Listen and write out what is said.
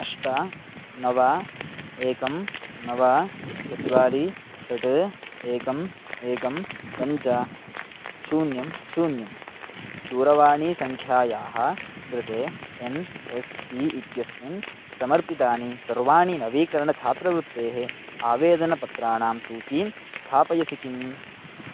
अष्ट नव एकं नव चत्वारि षट् एकम् एकं पञ्च शून्यं शून्यं दूरवाणीसङ्ख्यायाः कृते एन् एस् पी इत्यस्मिन् समर्पितानि सर्वाणि नवीकरणछात्रवृत्तेः आवेदनपत्राणां सूचीं स्थापयसि किम्